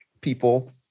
people